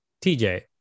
TJ